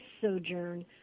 sojourn